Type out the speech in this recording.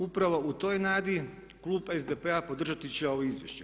Upravo u toj nadi klub SDP-a podržati će ovo izvješće.